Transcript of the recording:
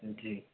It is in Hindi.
जी